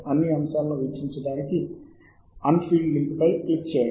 అన్ని అంశాలను ఎంచుకోవడానికి మొదటి నిలువు వరుస ఎగువన ఉన్న చెక్ బాక్స్ పై నొక్కండి